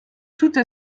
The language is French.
toute